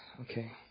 Okay